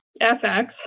FX